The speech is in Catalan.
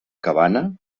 cabana